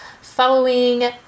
following